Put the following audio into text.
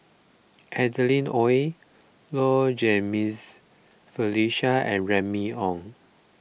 Adeline Ooi Low Jimenez Felicia and Remy Ong